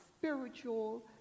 spiritual